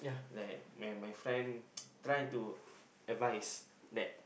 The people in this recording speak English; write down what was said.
that when my friend trying to advice that